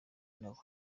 nabo